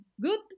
good